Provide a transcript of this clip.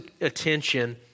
attention